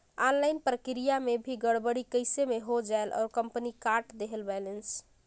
Online प्रक्रिया मे भी गड़बड़ी कइसे मे हो जायेल और कंपनी काट देहेल बैलेंस?